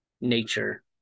nature